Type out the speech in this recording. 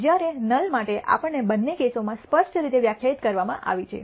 જ્યારે નલ માટે આપણને બંને કેસોમાં સ્પષ્ટ રીતે વ્યાખ્યાયિત કરવામાં આવી છે